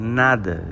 nada